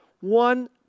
One